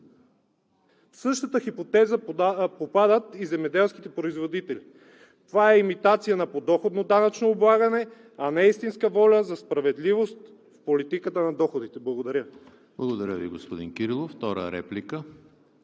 В същата хипотеза попадат и земеделските производители. Това е имитация на подоходно данъчно облагане, а не истинска воля за справедливост в политиката на доходите. Благодаря. ПРЕДСЕДАТЕЛ ЕМИЛ ХРИСТОВ: Благодаря Ви, господин Кирилов. Втора реплика?